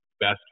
best